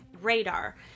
radar